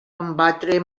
combatre